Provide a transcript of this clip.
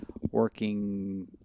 working